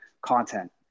content